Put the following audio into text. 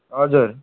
हजुर